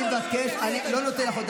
לא מתאים לך.